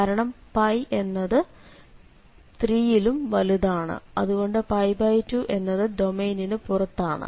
കാരണം എന്നത് 3 ലും വലുതാണ് അതുകൊണ്ട് 2 എന്നത് ഡൊമെയ്നിനു പുറത്താണ്